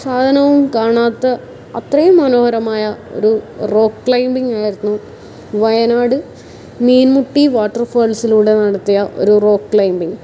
സാധനവും കാണാത്ത അത്രയും മനോഹരമായ ഒരു റോക്ക് ക്ലൈമ്പിങ് ആയിരുന്നു വയനാട് മീൻമുട്ടി വാട്ടർഫാൾസിലൂടെ നടത്തിയ ഒരു റോക്ക് ക്ലൈമ്പിങ്